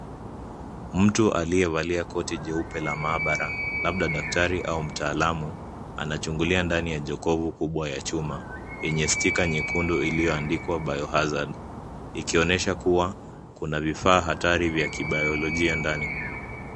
Mtu aliyevalia koti jeupe la maabara, labda daktari au mtaalamu, anachungulia ndani ya jokofu kubwa ya chuma yenye sticker nyekundu iliyoandikwa biohazard . Ikionyesha kuwa kuna vifaa hatari vya Kibiolojia ndani.